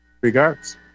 Regards